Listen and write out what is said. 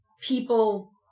people